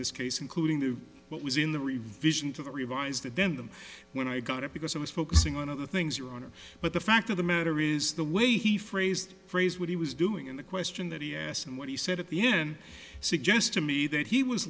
this case including the what was in the revision to the revised and then them when i got it because i was focusing on other things you but the fact of the matter is the way he phrased phrased what he was doing and the question that he asked and what he said at the end suggests to me that he was